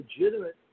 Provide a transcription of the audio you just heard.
legitimate